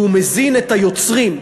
והוא מזין את היוצרים.